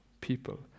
people